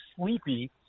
sleepy